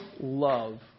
love